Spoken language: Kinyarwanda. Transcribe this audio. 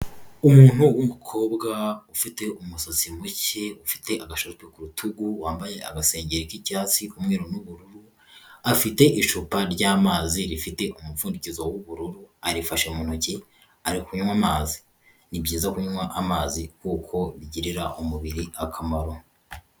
Umuntu w'umukobwa ufite umusatsi muke, ufite agasharupe ku rutugu wambaye agasengeri k'icyatsi, umweru n'ubururu. Afite icupa ry'amazi rifite umupfunditizo w'ubururu arifashe mu ntoki ari kunywa amazi. Ni byiza kunywa amazi kuko bigirira umubiri akamaro.